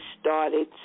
started